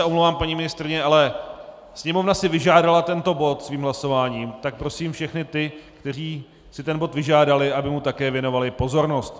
Omlouvám se, paní ministryně, ale Sněmovna si vyžádala tento bod svým hlasováním, tak prosím všechny ty, kteří si bod vyžádali, aby mu také věnovali pozornost.